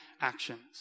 actions